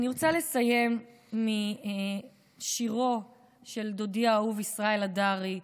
אני רוצה לסיים משירו של דודי האהוב ישראל הדרי,